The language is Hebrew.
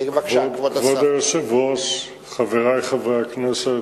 כבוד היושב-ראש, חברי חברי הכנסת,